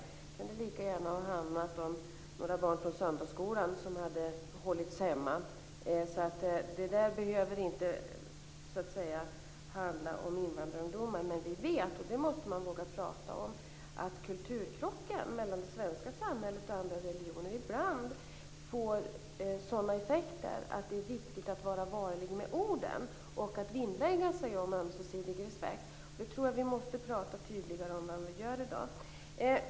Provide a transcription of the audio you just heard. Det kunde lika gärna ha handlat om några barn från söndagsskolan som hade hållits hemma, så det behöver inte handla om invandrarungdomar. Men vi vet - och det måste man våga prata om - att kulturkrockar mellan det svenska samhället och andra religioner ibland får sådana effekter att det är viktigt att vara varlig med orden och att vinnlägga sig om ömsesidig respekt. Det tror jag att vi måste prata tydligare om än vad vi gör i dag.